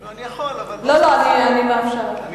אני יכול, אבל, לא, לא, אני מאפשרת לך.